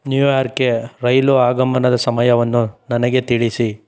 ನ್ಯೂಯಾರ್ಕ್ಗೆ ರೈಲು ಆಗಮನದ ಸಮಯವನ್ನು ನನಗೆ ತಿಳಿಸಿ